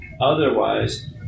Otherwise